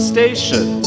Station